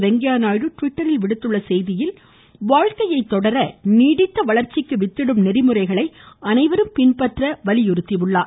வெங்கைய்யா நாயுடு டிவிட்டரில் விடுத்துள்ள செய்தியில் வாழ்க்கையைத் தொடர நீடித்த வளர்ச்சிக்கு வித்திடும் நெறிமுறைகளை அனைவரும் பின்பற்ற வலியுறுத்தியுள்ளார்